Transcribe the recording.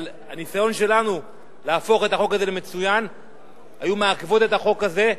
אבל הניסיון שלנו להפוך את החוק הזה למצוין היו מעכבות את החוק הזה,